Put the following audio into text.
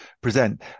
present